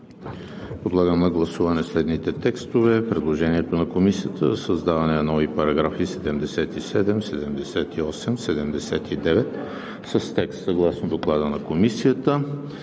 Подлагам на гласуване следните текстове: предложението на Комисията за създаване на нови параграфи 77, 78 и 79 с текст съгласно Доклада на Комисията;